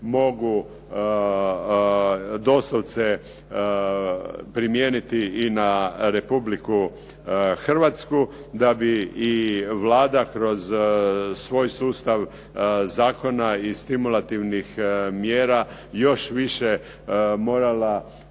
mogu doslovce primijeniti i na Republiku Hrvatsku da bi i Vlada kroz svoj sustav zakona i stimulativnih mjera još više morala